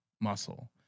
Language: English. muscle